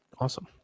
Awesome